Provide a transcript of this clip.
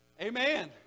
Amen